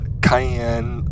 cayenne